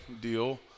deal